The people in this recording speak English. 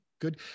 good